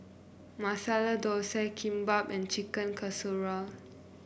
Masala Dosa Kimbap and Chicken Casserole